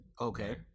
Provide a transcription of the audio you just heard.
Okay